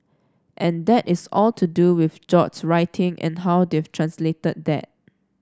and that is all to do with George writing and how they've translated that